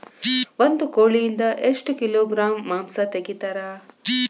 ಒಂದು ಕೋಳಿಯಿಂದ ಎಷ್ಟು ಕಿಲೋಗ್ರಾಂ ಮಾಂಸ ತೆಗಿತಾರ?